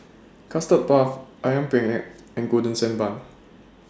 Custard Puff Ayam Penyet and Golden Sand Bun